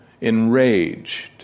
enraged